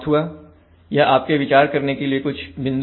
यह आपके विचार करने के लिए कुछ बिंदु हैं